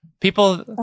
people